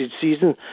season